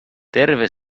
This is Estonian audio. terve